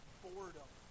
boredom